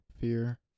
Fear